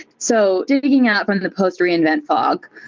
so digging ah up from the post-reinvent fog,